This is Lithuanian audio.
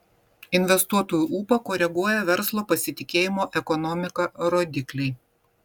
investuotojų ūpą koreguoja verslo pasitikėjimo ekonomika rodikliai